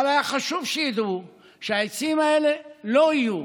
אבל היה חשוב שידעו שהעצים האלה לא יהיו